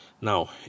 Now